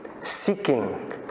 seeking